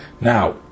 now